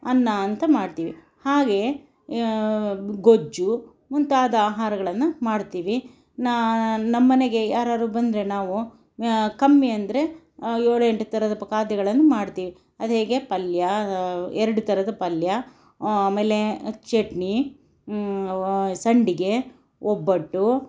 ಅನ್ನ ಅಂತ ಮಾಡ್ತೀವಿ ಹಾಗೆ ಗೊಜ್ಜು ಮುಂತಾದ ಆಹಾರಗಳನ್ನು ಮಾಡ್ತೀವಿ ನಮ್ಮನೆಗೆ ಯಾರಾರು ಬಂದರೆ ನಾವು ಕಮ್ಮಿ ಅಂದರೆ ಏಳೆಂಟು ಥರದ ಖಾದ್ಯಗಳನ್ನು ಮಾಡ್ತೀವಿ ಅದೇಗೆ ಪಲ್ಯ ಎರಡು ಥರದ ಪಲ್ಯ ಆಮೇಲೆ ಚಟ್ನಿ ಸಂಡಿಗೆ ಒಬ್ಬಟ್ಟು